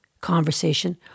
conversation